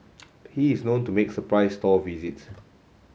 he is known to make surprise store visits